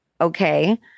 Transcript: okay